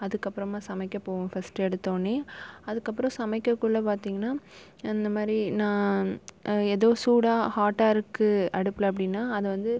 அதுக்கப்புறமாக சமைக்க போவேன் ஃபஸ்ட் எடுத்தவொன்னேயே அதுக்கப்புறம் சமைக்கக்குள்ளே பார்த்தீங்கன்னா இந்தமாதிரி நான் ஏதோ சூடா ஹாட்டாக இருக்குது அடுப்பில் அப்படின்னா அதை வந்து